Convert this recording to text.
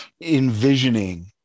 envisioning